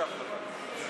הדף הלבן של